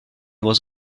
was